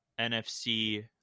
NFC